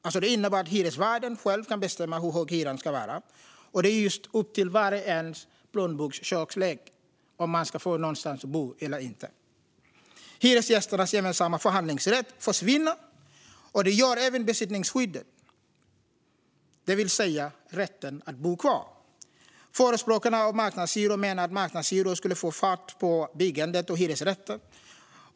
Det innebär alltså att hyresvärden själv kan bestämma hur hög hyran ska vara och att det beror på tjockleken på plånboken för var och en om man ska få någonstans att bo eller inte. Hyresgästernas gemensamma förhandlingsrätt försvinner och det gör även besittningsskyddet, det vill säga rätten att bo kvar. Förespråkarna av marknadshyror menar att marknadshyror skulle få fart på byggandet av hyresrätter.